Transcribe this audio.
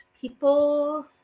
People